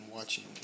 watching